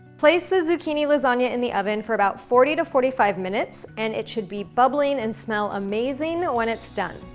place the zucchini lasagna in the oven for about forty to forty five minutes, and it should be bubbling and smell amazing when it's done.